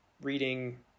reading